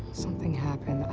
something happened.